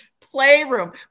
Playroom